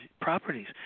properties